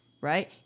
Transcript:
Right